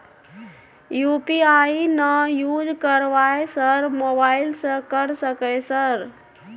UPI ना use करवाएं sir mobile से कर सके सर?